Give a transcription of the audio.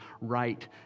right